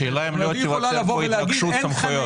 השאלה אם לא תיווצר פה התנגשות סמכויות.